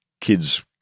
kids